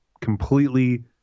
completely